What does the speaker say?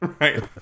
Right